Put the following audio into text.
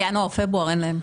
על ינואר-פברואר אין להם.